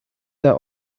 the